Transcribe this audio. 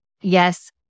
Yes